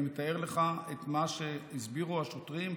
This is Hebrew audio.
אני מתאר לך את מה שהסבירו השוטרים,